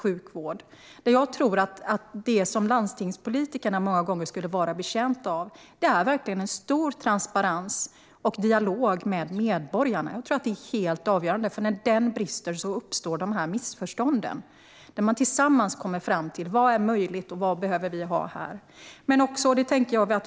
Jag tror att landstingspolitiker många gånger är betjänta av en stor transparens och dialog med medborgarna. Det kan vara helt avgörande, för när detta brister uppstår missförstånd. Man behöver tillsammans komma fram till vad som är möjligt och vad man behöver ha.